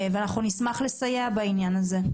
ואנחנו נשמח לסייע בעניין הזה.